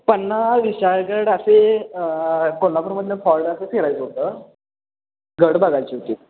पन्हाळा विशाळगड असे कोल्हापूरमधून फॉर्ड असं फिरायचं होतं गड बघायचे होते